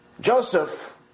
Joseph